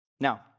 Now